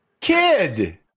kid